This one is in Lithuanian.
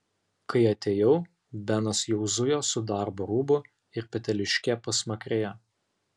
kai atėjau benas jau zujo su darbo rūbu ir peteliške pasmakrėje